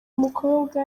mukobwa